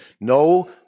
No